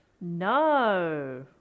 no